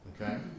Okay